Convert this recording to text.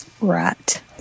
Right